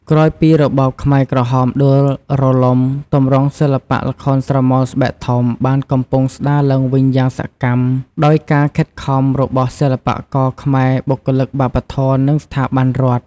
ក្រោយពីរបបខ្មែរក្រហមដួលរលំ ទម្រង់សិល្បៈល្ខោនស្រមោលស្បែកធំបានកំពុងស្តារឡើងវិញយ៉ាងសកម្ម ដោយការខិតខំរបស់សិល្បករខ្មែរ បុគ្គលិកវប្បធម៌ និងស្ថាប័នរដ្ឋ។